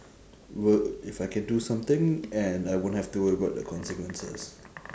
would if I can do something and I won't have to worry about the consequences